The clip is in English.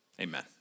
Amen